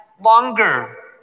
longer